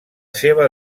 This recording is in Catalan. seva